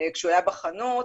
כשהוא היה בחנות,